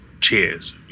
Cheers